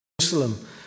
Jerusalem